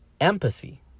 empathy